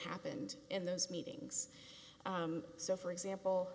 happened in those meetings so for example